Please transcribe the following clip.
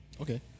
Okay